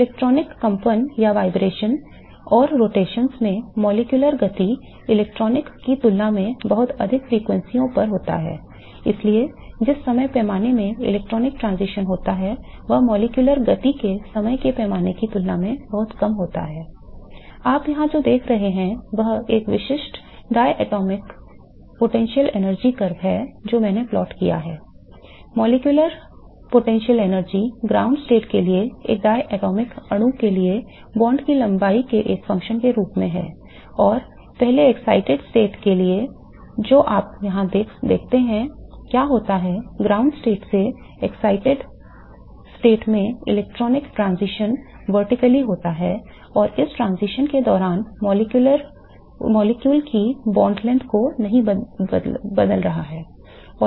electronic transition कंपन होता है जो इस transition के दौरान मॉलिक्यूल की बंध लंबाई को नहीं बदल रहा है